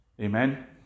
amen